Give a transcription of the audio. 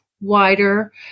wider